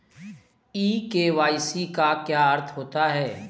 ई KYC का क्या अर्थ होता है?